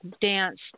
dance